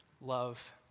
love